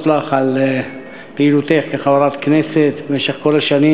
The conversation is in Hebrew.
לך על פעילותך כחברת כנסת במשך כל השנים.